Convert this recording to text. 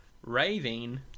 Raving